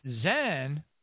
Zen